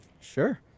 Sure